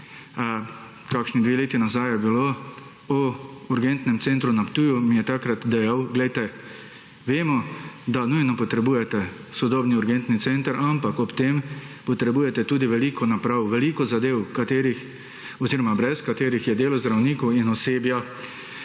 kakšnih 2 leti nazaj je bilo, o urgentnem centru na Ptuju, mi je takrat dejal, glejte, vemo, da nujno potrebujete sodobni urgentni center, ampak ob tem potrebujete tudi veliko naprav, veliko zadev, katerih oziroma brez katerih je delo zdravnikov in osebja